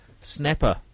Snapper